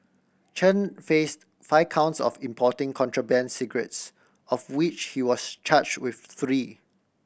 Chen faced five counts of importing contraband cigarettes of which he was charged with three